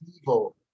evil